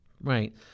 right